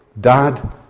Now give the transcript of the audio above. Dad